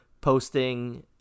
posting